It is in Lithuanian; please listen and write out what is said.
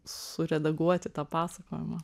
suredaguoti tą pasakojimą